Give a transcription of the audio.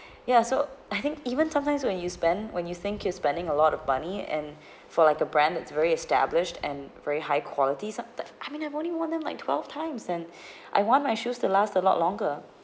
ya so I think even sometimes when you spend when you think you're spending a lot of money and for like a brand it's very established and very high quality sometime I mean I only worn them like twelve times and I want my shoes to last a lot longer